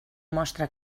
mostra